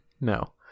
No